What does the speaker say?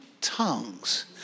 tongues